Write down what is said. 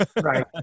Right